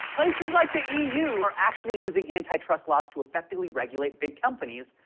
places like the e u. are actually using antitrust laws to effectively regulate big companies,